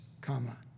comma